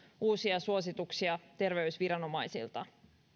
uusia suosituksia terveysviranomaisilta